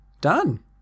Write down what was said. Done